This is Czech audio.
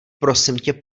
prosimtě